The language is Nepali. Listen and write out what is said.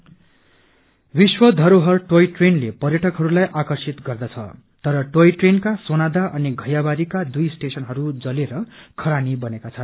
रेनोभेशन विश्व धरोहर टोय ट्रेन पर्यटकहरूलाई आकर्षित गर्दछ तर टोय ट्रेनका सोनादा अनि धैयाबारीका दुइ स्टेनशनहरू जलेर खरानी बनेका छन्